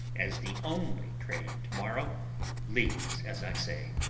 as the only train to-morrow leaves as i say.